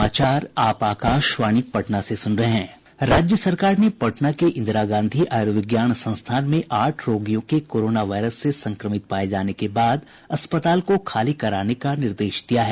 राज्य सरकार ने पटना के इंदिरा गांधी आयुर्विज्ञान संस्थान में आठ रोगियों के कोरोना वायरस से संक्रमित पाए जाने के बाद अस्पताल को खाली कराने का निर्देश दिया है